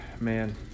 Man